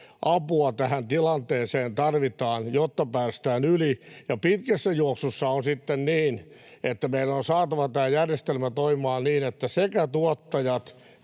apua tähän tilanteeseen tarvitaan, jotta päästään yli, ja pitkässä juoksussa on sitten niin, että meidän on saatava tämä järjestelmä toimimaan niin, että sekä tuottajat,